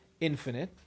infinite